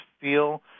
feel